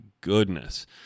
goodness